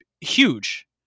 huge